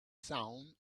sound